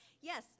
Yes